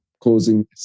Causing